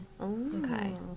okay